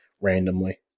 randomly